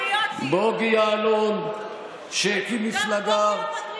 בוגי יעלון, שהקים מפלגה, גם בוגי לא פטריוט?